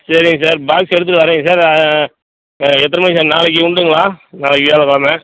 சரிங்க சார் பாக்ஸை எடுத்துகிட்டு வரேங்க சார் எத்தனை மணிக்கு சார் நாளைக்கு உண்டுங்களா நாளைக்கு வியாழக்கெலமை